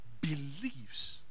believes